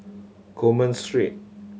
Coleman Street